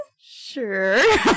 sure